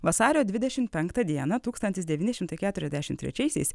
vasario dvidešimt penktą dieną tūkstantis devyni šimtai keturiasdešim trečiaisiais